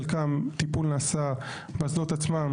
חלקם הטיפול נעשה באסדות עצמן,